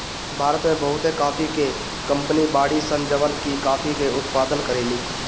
भारत में बहुते काफी के कंपनी बाड़ी सन जवन की काफी के उत्पादन करेली